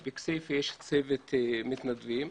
בכסייפה יש צוות מתנדבים.